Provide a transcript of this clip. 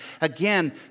Again